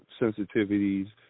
sensitivities